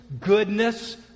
goodness